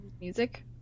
Music